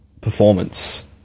performance